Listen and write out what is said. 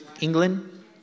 England